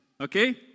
Okay